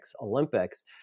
Olympics